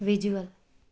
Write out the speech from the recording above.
visual